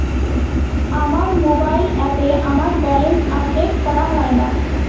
আমার মোবাইল অ্যাপে আমার ব্যালেন্স আপডেট করা হয় না